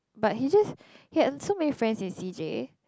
but he just he had so many friends in C_J